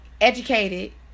educated